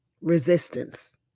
resistance